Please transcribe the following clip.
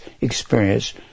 experience